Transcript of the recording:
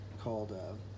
Called